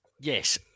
Yes